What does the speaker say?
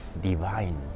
divine